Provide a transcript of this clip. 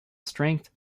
strength